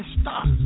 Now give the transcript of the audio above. stop